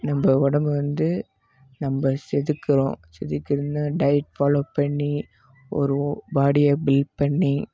நம்ம உடம்பு வந்து நம்ம செதுக்குகிறோம் செதுக்குறதுனால் டயட் ஃபாலோ பண்ணி ஒரு பாடியை பில்ட் பண்ணி